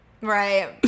Right